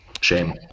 Shame